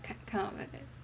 kind of like that